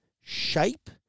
shape